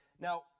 now